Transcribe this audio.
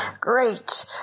Great